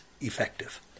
effective